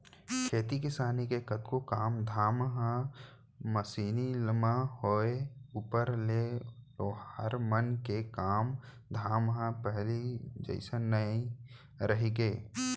खेती किसानी के कतको काम धाम ह मसीनी म होय ऊपर ले लोहार मन के काम धाम ह पहिली जइसे नइ रहिगे